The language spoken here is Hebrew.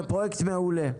זה פרויקט מעולה.